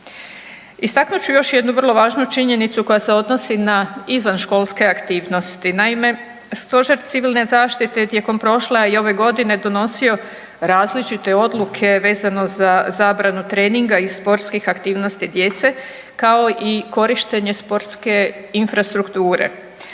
Istaknut ću još jednu vrlo važnu činjenicu koja se odnosi na izvanškolske aktivnosti, naime stože civilne zaštite je tijekom prošle, a i ove godine donosio različite odluke vezano za zabranu treninga i sportskih aktivnosti djece, kao i korištenje sportske infrastrukture.